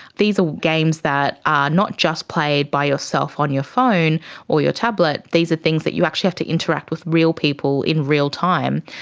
these are games that are not just played by yourself on your phone or your tablet, these are things that you actually have to interact with real people in real time.